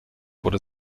wurde